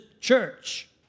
church